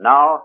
Now